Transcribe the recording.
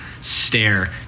stare